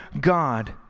God